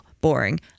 boring